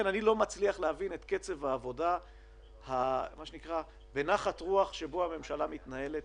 אני לא מצליח להבין את קצב העבודה בנחת רוח שהממשלה מתנהלת